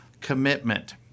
commitment